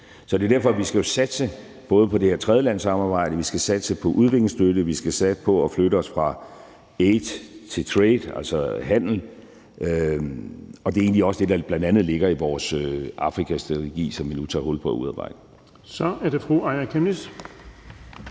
Så det er derfor, at vi skal satse på det her tredjelandssamarbejde, at vi skal satse på udviklingsstøtte, at vi skal satse på at flytte os fra aid til trade, altså handel, og det er egentlig også det, der bl.a. ligger i vores Afrikastrategi, som vi nu tager hul på at udarbejde. Kl. 16:50 Den fg.